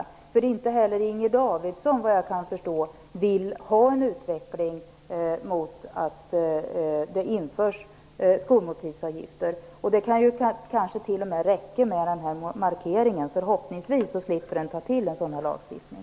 Såvitt jag kan förstå vill inte heller Inger Davidson ha en utveckling som innebär att man inför skolmåltidsavgifter. Det kan kanske t.o.m. räcka med denna markering. Förhoppningsvis slipper man ta till en lagstiftning.